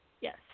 Yes